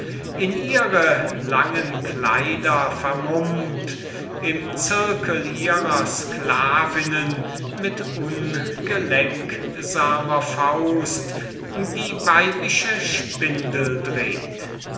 in ihre langen kleider vermummt mitten unter ihren mädchen mit ungeschickter hand die weibische spindel dreht